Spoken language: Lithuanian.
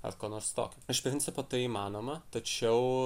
ar ko nors tokio iš principo tai įmanoma tačiau